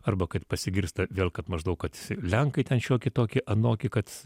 arba kad pasigirsta kad maždaug kad lenkai ten šiokį tokį anokį kad